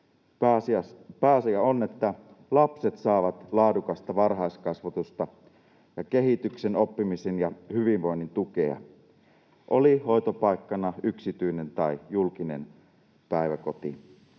Pääasia on, että lapset saavat laadukasta varhaiskasvatusta ja kehityksen, oppimisen ja hyvinvoinnin tukea, oli hoitopaikkana yksityinen tai julkinen päiväkoti.